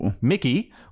Mickey